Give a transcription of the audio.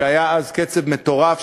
שהיה אז קצב מטורף,